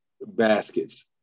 baskets